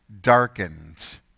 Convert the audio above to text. darkened